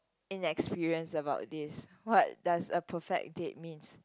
inexperience about this what does a perfect date means